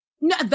No